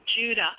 Judah